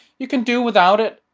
you can do without it,